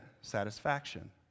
satisfaction